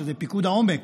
שזה פיקוד העומק,